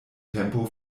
tempo